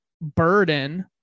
burden